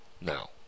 now